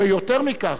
ויותר מכך,